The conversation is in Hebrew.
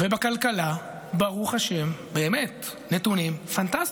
ובכלכלה, ברוך השם, באמת, נתונים פנטסטיים: